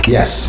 Yes